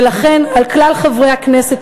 ולכן על כלל חברי הכנסת,